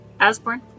Asborn